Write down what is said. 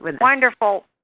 wonderful